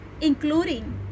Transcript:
including